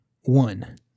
One